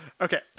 Okay